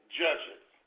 judges